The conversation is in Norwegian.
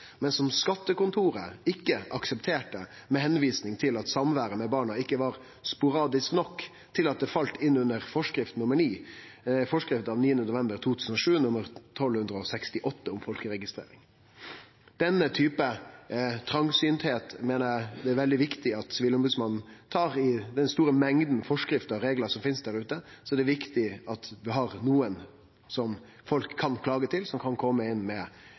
men som skattekontoret ikkje aksepterte. Skattekontoret viste til at samværet med barna ikkje var «sporadisk» nok til at det fall inn under forskrift av 9. november 2007 nr. 1268 om folkeregistrering. Denne typen trongsyntheit meiner eg det er veldig viktig at Sivilombodsmannen tar seg av. I den store mengda forskrifter og reglar som finst der ute, er det viktig at ein har nokon som folk kan klage til, som kan kome inn med